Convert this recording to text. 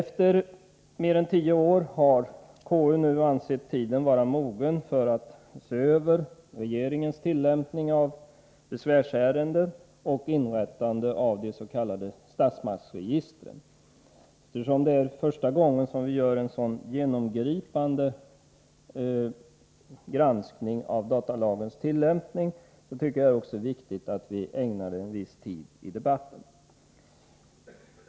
Nu, mer än tio år senare, anser konstitutionsutskottet tiden vara mogen för att se över regeringens tillämpning av besvärsärenden. Det gäller också inrättandet av des.k. statsmaktsregistren. Eftersom det är första gången som vi gör en sådan genomgripande granskning av datalagens tillämpning, är det, enligt min mening, viktigt att vi ägnar den frågan viss tid i den här debatten.